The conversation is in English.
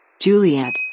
Juliet